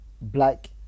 black